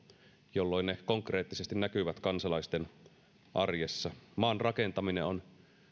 jolloin ne konkreettisesti näkyvät kansalaisten arjessa maan rakentaminen on